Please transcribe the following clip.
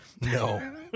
no